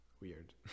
weird